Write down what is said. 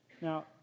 Now